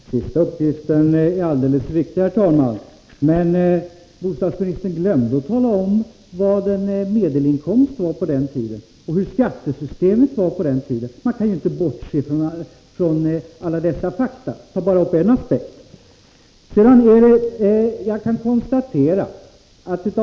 Herr talman! Den sista uppgiften är alldeles riktig, men bostadsministern glömde tala om vad en medelinkomst var på den tiden och hur skattesystemet var på den tiden. Man kan ju inte bortse från alla dessa faktorer och bara ta hänsyn till en enda aspekt.